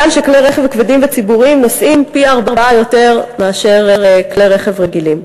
מכאן שכלי רכב כבדים וציבוריים נוסעים פי-ארבעה מכלי רכב רגילים.